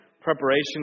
Preparation